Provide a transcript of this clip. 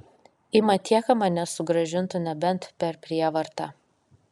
į matieką mane sugrąžintų nebent per prievartą